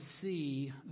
see